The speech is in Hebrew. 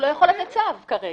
הוא לא יכול לתת צו כרגע,